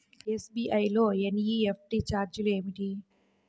SBI లో NEFT ఛార్జీలు ఏమిటి?